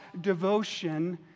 devotion